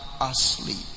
asleep